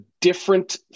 different